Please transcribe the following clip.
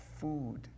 food